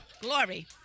Glory